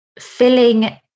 filling